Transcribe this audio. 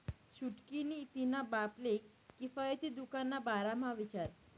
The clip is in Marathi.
छुटकी नी तिन्हा बापले किफायती दुकान ना बारा म्हा विचार